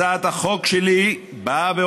הצעת החוק שלי אומרת: